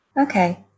Okay